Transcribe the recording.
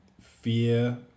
fear